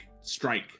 strike